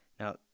Now